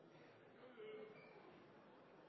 Ja, de